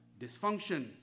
dysfunction